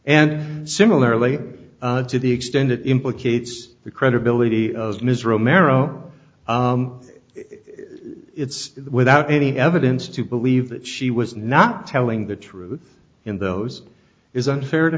and similarly to the extent it implicates the credibility of ms romero it's without any evidence to believe that she was not telling the truth in those is unfair to